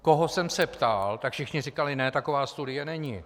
Koho jsem se ptal, tak všichni říkali ne, taková studie není.